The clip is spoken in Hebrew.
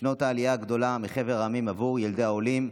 בשנות העלייה הגדולה מחבר המדינות עבור ילדי העולים,